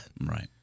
right